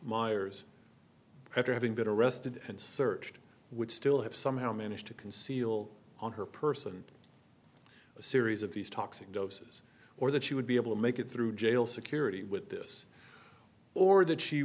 miers after having been arrested and searched would still have somehow managed to conceal on her person a series of these toxic doses or that she would be able to make it through jail security with this or that she